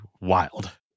wild